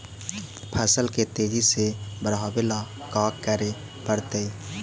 फसल के तेजी से बढ़ावेला का करे पड़तई?